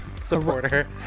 supporter